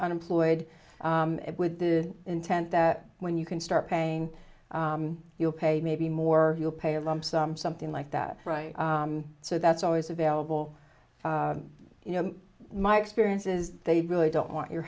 unemployed with the intent that when you can start paying you'll pay maybe more you'll pay a lump sum something like that so that's always available you know my experience is they really don't want your